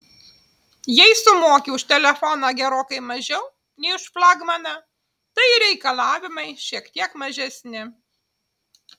jei sumoki už telefoną gerokai mažiau nei už flagmaną tai ir reikalavimai šiek tiek mažesni